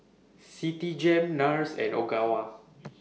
Citigem Nars and Ogawa